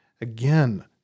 Again